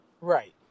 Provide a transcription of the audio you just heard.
Right